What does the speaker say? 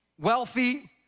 wealthy